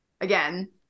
again